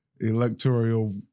electoral